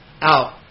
out